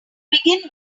begin